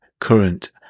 current